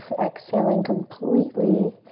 exhaling completely.